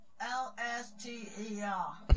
L-S-T-E-R